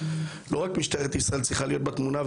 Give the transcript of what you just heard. לא רק משטרת ישראל צריכה להיות בתמונה,